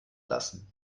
lassen